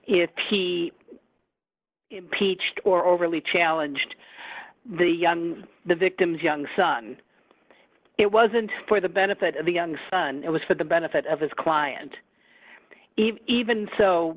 if he peached or overly challenged the young the victim's young son it wasn't for the benefit of the young son it was for the benefit of his client even so